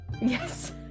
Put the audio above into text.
Yes